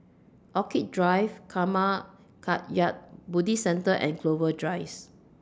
Orchid Drive Karma Kagyud Buddhist Centre and Clover Rise